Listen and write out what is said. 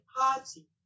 party